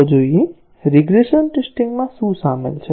ચાલો જોઈએ regression testing માં શું સામેલ છે